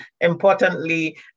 Importantly